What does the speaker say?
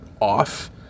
off